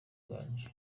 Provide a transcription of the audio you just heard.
nganji